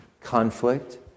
conflict